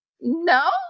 no